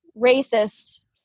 racist